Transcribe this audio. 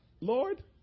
Lord